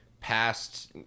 past